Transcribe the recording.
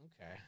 Okay